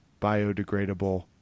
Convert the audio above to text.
biodegradable